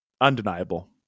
undeniable